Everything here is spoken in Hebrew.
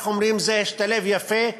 זה השתלב יפה.